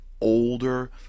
older